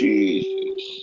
Jesus